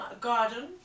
garden